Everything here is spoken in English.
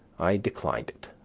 i declined it,